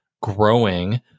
growing